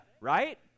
right